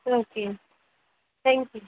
okay thank you